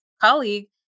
colleague